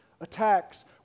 attacks